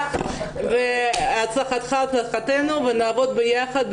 הצלחתך הצלחתנו ונעבוד ביחד,